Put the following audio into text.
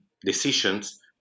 decisions